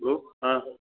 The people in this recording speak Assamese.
হেল্ল' হা